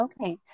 okay